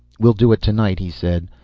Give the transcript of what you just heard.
we'll do it tonight, he said.